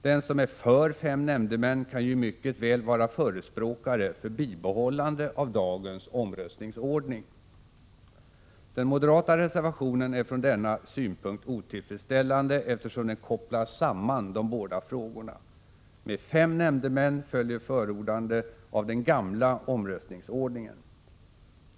Den som är för fem nämndemän kan ju mycket väl vara förespråkare för ett bibehållande av dagens omröstningsordning. Den moderata reservationen är från denna synpunkt otillfredsställande, eftersom den kopplar samman de båda frågorna. Med fem nämndemän följer förordande av den gamla omröstningsordningen.